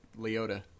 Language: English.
Leota